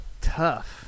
tough